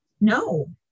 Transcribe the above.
No